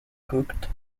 cooked